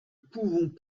pouvons